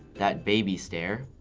that baby stare.